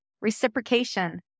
reciprocation